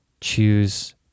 choose